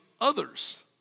others